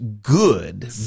good